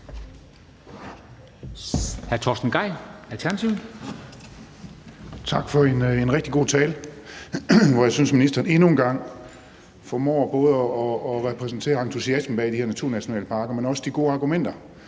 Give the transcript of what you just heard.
Tak for en rigtig god tale, hvor jeg synes ministeren endnu en gang formår både at repræsentere entusiasmen bag de her naturnationalparker, men også de gode argumenter